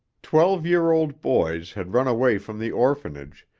twelve-year-old boys had run away from the orphanage,